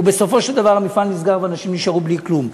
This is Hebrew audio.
ובסופו של דבר המפעל נסגר ואנשים נשארו בלי כלום.